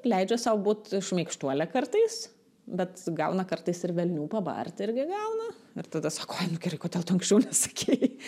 leidžia sau būt šmaikštuole kartais bet gauna kartais ir velnių pabart irgi gauna ir tada sako ai nu gerai kodėl tu anksčiau nesakei